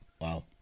Wow